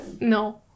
No